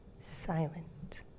silent